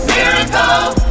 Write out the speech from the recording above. Miracle